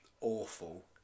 awful